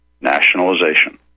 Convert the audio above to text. nationalization